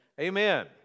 Amen